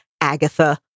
Agatha